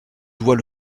doit